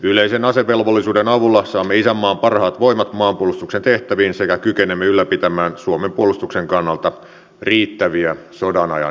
yleisen asevelvollisuuden avulla saamme isänmaan parhaat voimat maanpuolustuksen tehtäviin sekä kykenemme ylläpitämään suomen puolustuksen kannalta riittäviä sodanajan joukkoja